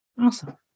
Awesome